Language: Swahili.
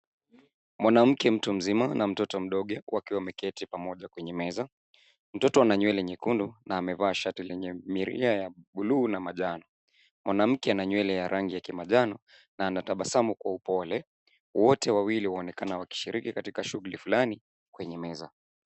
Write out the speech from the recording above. Mwanamke mtu mzima na mtoto mdogo wakiwa wameketi pamoja kwenye meza mtoto ana nywele nyekundu na amevaa shati lenye milia ya bluu na manjano. Mwanamke ana rangi ya kimanjano na anatabasamu kwa upole wote wawili wanaonekana wakishiriki katika shughuli fulani kwenye meza.